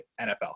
NFL